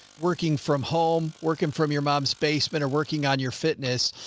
working from home, working from your mom's basement or working on your fitness,